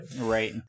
Right